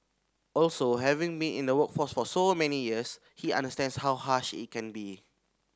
also having been in the workforce for so many years he understands how harsh it can be